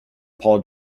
paul